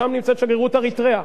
שם נמצאת שגרירות אריתריאה.